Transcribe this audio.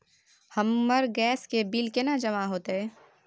हमर गैस के बिल केना जमा होते?